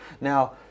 now